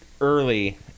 early